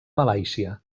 malàisia